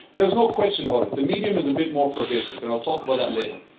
there's no question about it. the medium is a bit more pervasive and i'll talk about that later.